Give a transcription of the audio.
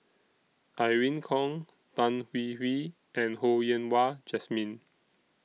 Irene Khong Tan Hwee Hwee and Ho Yen Wah Jesmine